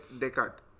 Descartes